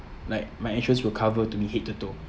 like my insurance will cover to me head to toe